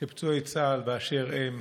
שפצועי צה"ל באשר הם,